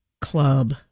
club